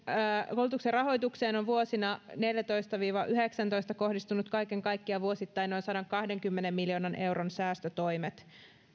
rahoitukseen on vuosina neljätoista viiva yhdeksäntoista kohdistunut kaiken kaikkiaan vuosittain noin sadankahdenkymmenen miljoonan euron säästötoimet